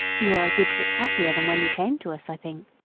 you are a good bit happier than when you came to us, i think.